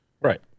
Right